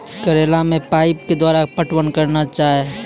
करेला मे पाइप के द्वारा पटवन करना जाए?